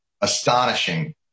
astonishing